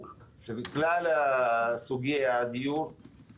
מעבר למחיר מטרה נוקטים בפעילות נוספת שהיא קידום דיור להשכרה.